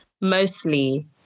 mostly